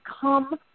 come